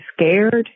scared